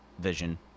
vision